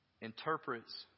interprets